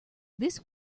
this